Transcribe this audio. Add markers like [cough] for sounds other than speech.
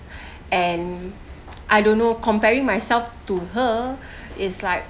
and I don't know comparing myself to her [breath] is like